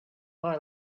buy